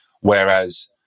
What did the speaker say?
Whereas